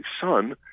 son